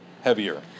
heavier